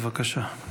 בבקשה.